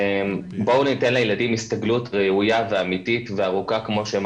בואו ניתן לילדים הסתגלות ראויה ואמתית וארוכה כמו שהם